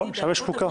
שם יש חוקה.